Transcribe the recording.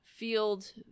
Field